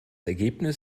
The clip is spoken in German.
ergebnis